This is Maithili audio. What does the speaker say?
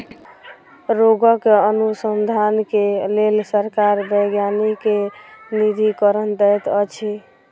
रोगक अनुसन्धान के लेल सरकार वैज्ञानिक के निधिकरण दैत अछि